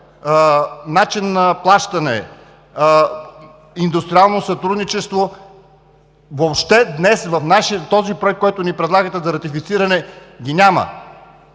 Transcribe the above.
начин на плащане, индустриално сътрудничество, въобще днес в този проект, който ни предлагате за ратифициране, ги няма.